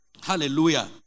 Hallelujah